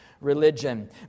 religion